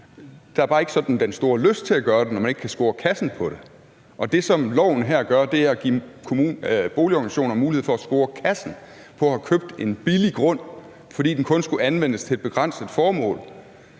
Der er bare ikke sådan den store lyst til at gøre det, når man ikke kan score kassen på det. Og det, som loven her gør, er at give boligorganisationer mulighed for at score kassen på at have købt en billig grund, fordi den kun skulle anvendes til et begrænset formål